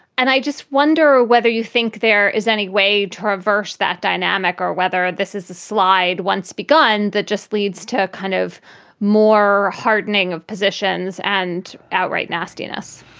and i just wonder whether you think there is any way to reverse that dynamic or whether this is a slide once begun that just leads to a kind of more hardening of positions and outright nastiness?